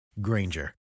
Granger